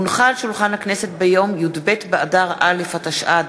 הונחה על שולחן הכנסת ביום י"ב באדר א' התשע"ד,